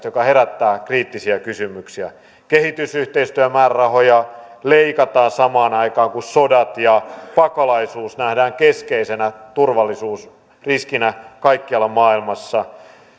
joka herättää kriittisiä kysymyksiä kehitysyhteistyömäärärahoja leikataan samaan aikaan kun sodat ja pakolaisuus nähdään keskeisenä turvallisuusriskinä kaikkialla maailmassa